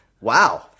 wow